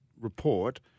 report